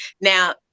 Now